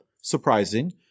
surprising